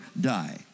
die